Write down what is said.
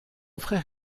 frère